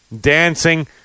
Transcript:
dancing